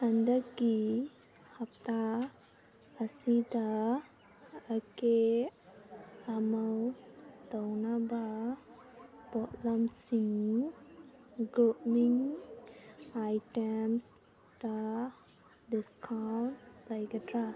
ꯍꯟꯗꯛꯀꯤ ꯍꯞꯇꯥ ꯑꯁꯤꯗ ꯑꯀꯦ ꯑꯃꯧ ꯇꯧꯅꯕ ꯄꯣꯠꯂꯝꯁꯤꯡ ꯒ꯭ꯔꯨꯃꯤꯡ ꯑꯥꯏꯇꯦꯝꯁꯇ ꯗꯤꯁꯀꯥꯎꯟ ꯂꯩꯒꯗ꯭ꯔ